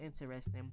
interesting